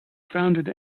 founded